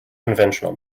conventional